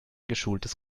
geschultes